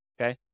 okay